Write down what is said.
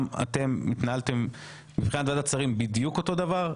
גם אתם התנהלתם בוועדת שרים בדיוק אותו דבר.